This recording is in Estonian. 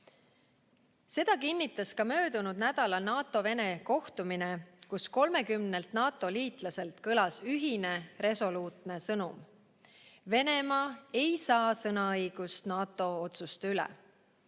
Seda kinnitas ka möödunud nädala NATO-Vene kohtumine, kus kõlas 30 NATO‑liitlase ühine resoluutne sõnum: Venemaa ei saa sõnaõigust NATO otsuste üle.